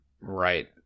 right